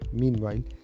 meanwhile